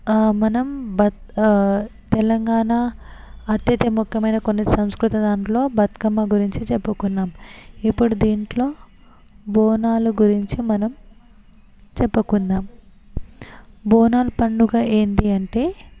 మనం బత్ తెలంగాణ అత్యధి ముఖ్యమైన కొన్ని సంస్కృత దాంట్లో బతుకమ్మ గురించి చెప్పుకున్నాం ఇప్పుడు దీంట్లో బోనాలు గురించి మనం చెప్పుకుందాం బోనాల పండుగ ఏందీ అంటే